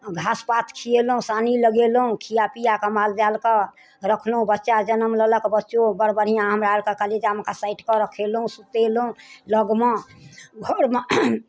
घास पात खिएलहुँ सानी लगेलहुँ खियाए पियाए कऽ मालजाल कऽ रखलहुँ बच्चा जन्म लेलक बच्चो बड़ बढ़िआँ हमरा आओरके कलेजामे कऽ साटि कऽ रखलहुँ सुतेलहुँ लगमे घरमे